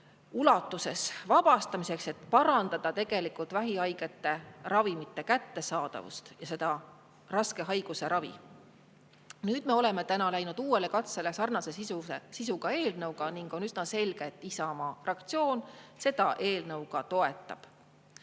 ulatuses –, et parandada tegelikult vähihaigetele ravimite kättesaadavust ja selle raske haiguse ravi. Nüüd oleme me täna läinud uuele katsele sarnase sisuga eelnõuga ning on üsna selge, et Isamaa fraktsioon seda eelnõu ka toetab. Pole